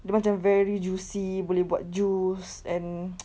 dia macam very juicy boleh buat juice and